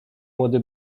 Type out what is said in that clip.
młody